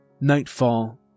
Nightfall